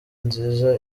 nziza